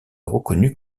reconnue